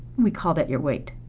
we call that your weight.